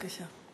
בבקשה.